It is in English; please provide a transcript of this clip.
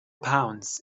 pounds